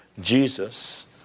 Jesus